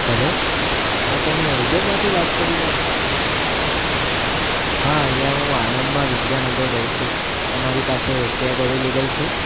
hello હા તમે ઉબેરમાંથી વાત કરી રહ્યા છો હા અહીં હું આણંદમાં વિદ્યાનગર રહું છું તમારી પાસે કેબ અવેલેબલ છે